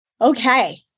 Okay